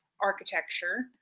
architecture